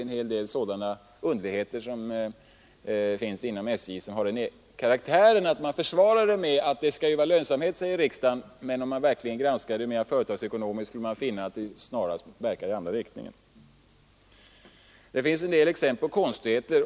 En hel del underligheter inom SJ försvarar man med att riksdagen säger att SJ skall vara lönsamt, medan de vid en företagsekonomisk granskning visar sig verka i andra riktningen. Det finns många exempel på konstigheter.